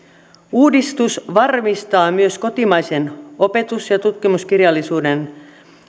uudistus varmistaa myös kotimaisen opetus ja tutkimuskirjallisuuden